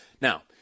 Now